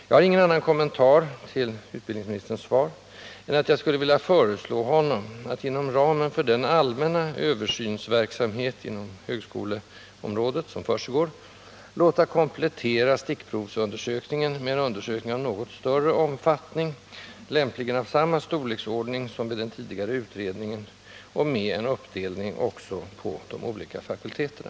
Jag har ingen annan kommentar till utbildningsministerns svar än att jag skulle vilja föreslå honom att, inom ramen för den allmänna översynsverksamhet som försiggår på högskoleområdet, låta komplettera stickprovsundersökningen med en undersökning av något större omfattning — lämpligen av samma storleksordning som vid den tidigare utredningen — och med en uppdelning också på de olika fakulteterna.